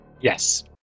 Yes